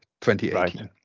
2018